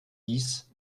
dix